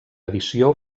edició